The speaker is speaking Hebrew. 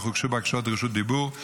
אך הוגשו בקשות רשות דיבור.